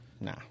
nah